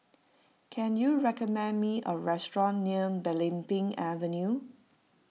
can you recommend me a restaurant near Belimbing Avenue